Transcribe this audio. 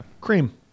Cream